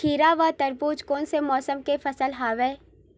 खीरा व तरबुज कोन से मौसम के फसल आवेय?